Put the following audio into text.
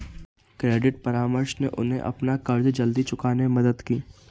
credit परामर्श ने उन्हें अपना कर्ज जल्दी चुकाने में मदद की